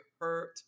hurt